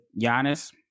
Giannis